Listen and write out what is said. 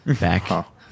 back